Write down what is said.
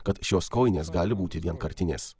kad šios kojinės gali būti vienkartinės